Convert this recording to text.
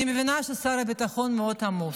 אני מבינה ששר הביטחון מאוד עמוס.